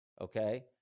okay